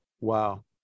Wow